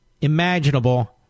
imaginable